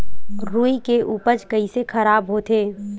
रुई के उपज कइसे खराब होथे?